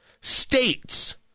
states